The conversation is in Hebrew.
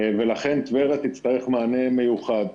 לכן, טבריה תצטרך מענה מיוחד.